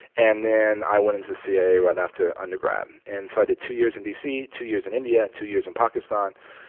and then i went into the cia right after undergrad and started two years in d c, two years in india, two years in pakistan.